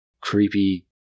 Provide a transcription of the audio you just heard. creepy